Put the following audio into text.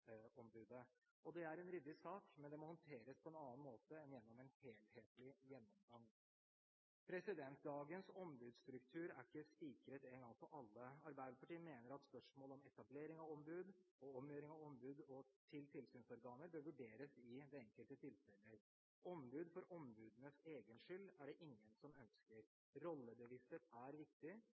Det er en ryddig sak, men den må håndteres på en annen måte enn gjennom en helhetlig gjennomgang. Dagens ombudsstruktur er ikke spikret én gang for alle. Arbeiderpartiet mener at spørsmålet om etablering av ombud og omgjøring av ombud til tilsynsorganer bør vurderes i de enkelte tilfeller. Ombud for ombudenes egen skyld er det ingen som ønsker. Rollebevissthet er viktig,